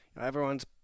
everyone's